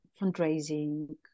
fundraising